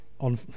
on